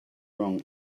wrong